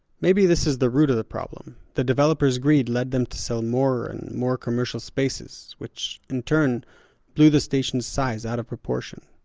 maybe this is the root of the problem the developer's greed led them to sell more and more commercial spaces, which in turn blew the station's size out of proportion.